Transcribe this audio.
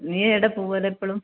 നീ ഏട പൂവലാ എപ്പോഴും